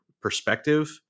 perspective